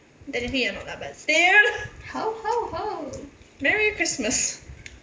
technically you're not lah but still merry christmas